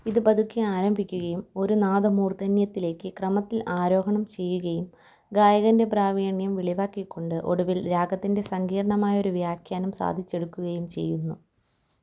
ഇത് പതുക്കെ ആരംഭിക്കുകയും ഒരു നാദമൂർദ്ധന്യത്തിലേക്ക് ക്രമത്തിൽ ആരോഹണം ചെയ്യുകയും ഗായകൻ്റെ പ്രാവീണ്യം വെളിവാക്കി കൊണ്ട് ഒടുവിൽ രാഗത്തിൻ്റെ സങ്കീർണ്ണമായൊരു വ്യാഖ്യാനം സാധിച്ചെടുക്കുകയും ചെയ്യുന്നു